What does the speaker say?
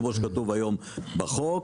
כמו שכתוב היום בחוק.